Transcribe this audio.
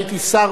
הייתי שר,